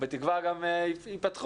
ובתקווה גם ייפתחו,